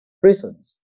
prisons